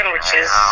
sandwiches